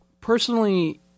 personally